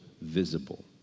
visible